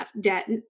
debt